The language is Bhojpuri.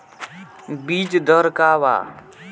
बीज दर का वा?